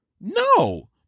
no